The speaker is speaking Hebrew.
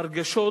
הרגשות